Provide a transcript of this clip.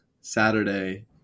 Saturday